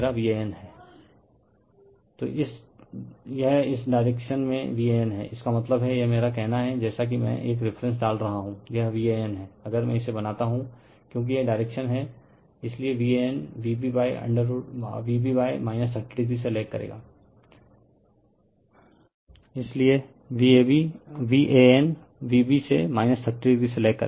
refer slide time 3023 तोयह इस direction में Van हैं इसका मतलब है यह मेरा कहना हैं जेसा कि मैं एक रिफ़रेंस डाल रहा हूं यह Van है अगर मैं इसे बनाता हूं क्योकि यह डायरेक्शन हैं इसलिए Van Vb से 30o से लेग करेगा